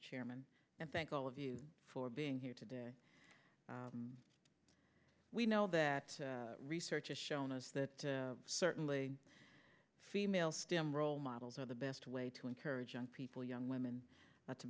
chairman and thank all of you for being here today we know that research has shown us that certainly female stem role models are the best way to encourage young people young women to